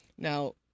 Now